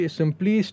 simply